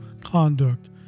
conduct